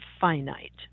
finite